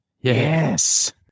Yes